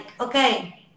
okay